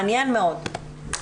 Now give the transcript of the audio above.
מעניין מאוד.